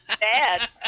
Bad